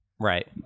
Right